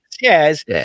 Yes